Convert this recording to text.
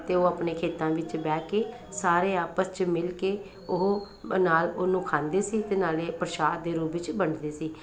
ਅਤੇ ਉਹ ਆਪਣੇ ਖੇਤਾਂ ਵਿੱਚ ਬਹਿ ਕੇ ਸਾਰੇ ਆਪਸ 'ਚ ਮਿਲ ਕੇ ਉਹ ਨਾਲ ਉਹਨੂੰ ਖਾਂਦੇ ਸੀ ਅਤੇ ਨਾਲੇ ਪ੍ਰਸ਼ਾਦ ਦੇ ਰੂਪ ਵਿੱਚ ਵੰਡਦੇ ਸੀ